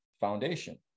foundation